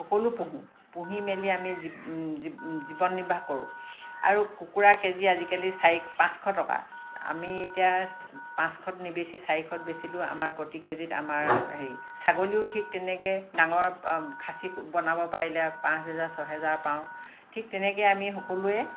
সকলো পোঁহো পুহি মেলি আমি জীৱন নিৰ্বাহ কৰোঁ আৰু কুকুৰাৰ কেজি আজিকালি চাৰি পাঁচশ টকা আমি এতিয়া পাঁচশত নেবেচি চাৰিশত বেচিলেও আমাৰ প্ৰতি কেজিত আমাৰ হেৰি ছাগলীও ঠিক তেনেকৈ ডাঙৰ খাচী বনাব পাৰিলে পাঁচ হাজাৰ ছহেজাৰ পাওঁ ঠিক তেনেকৈ আমি সকলোৱে